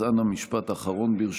אז אנא, משפט אחרון ברשותך.